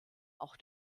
auch